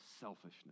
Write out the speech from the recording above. selfishness